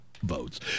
votes